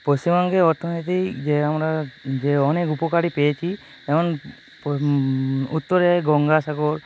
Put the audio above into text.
পশ্চিমবঙ্গের অর্থনীতি যে আমরা যে অনেক উপকারই পেয়েছি যেমন উত্তরে গঙ্গাসাগর